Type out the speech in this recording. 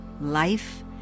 life